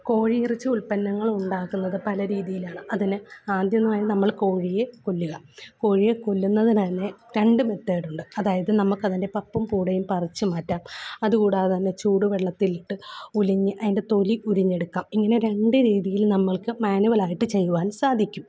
കോഴിയിറച്ചി ഉൽപ്പന്നങ്ങൾ ഉണ്ടാക്കുന്നത് പല രീതിയിലാണ് അതിന് ആദ്യമായി നമ്മൾ കോഴിയെ കൊല്ലുക കോഴിയെ കൊല്ലുന്നതിനു തന്നെ രണ്ട് മെത്തേഡുണ്ട് അതായത് നമുക്കതിന്റെ പപ്പും പൂടയും പറിച്ചു മാറ്റാം അതുകൂടാതെ തന്നെ ചൂട് വെള്ളത്തില് ഇട്ടു ഉലിഞ്ഞു അതിന്റെ തൊലി ഉരിഞ്ഞെടുക്കാം ഇങ്ങനെ രണ്ട് രീതിയില് നമ്മള്ക്ക് മാനുവലായിട്ട് ചെയ്യുവാന് സാധിക്കും